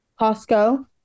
Costco